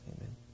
Amen